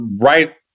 right